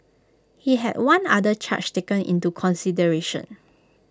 he had one other charge taken into consideration